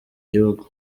gihugu